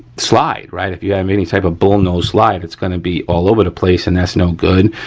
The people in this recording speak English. slide, right. if you have any type of bullnose slide, it's gonna be all over the place and that's no good.